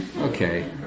Okay